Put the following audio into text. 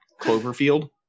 Cloverfield